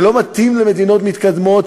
זה לא מתאים למדינות מתקדמות,